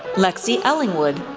lexy ellingwood,